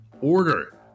Order